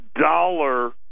dollar